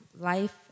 Life